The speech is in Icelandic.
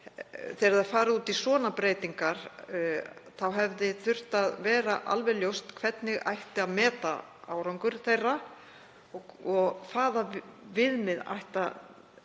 þegar farið er út í svona breytingar, þurft að vera alveg ljóst hvernig ætti að meta árangur þeirra og hvað ætti að